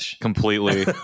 completely